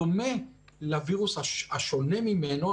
בדומה לווירוס השונה ממנו,